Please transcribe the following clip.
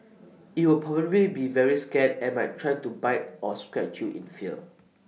IT will probably be very scared and might try to bite or scratch you in fear